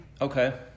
Okay